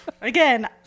Again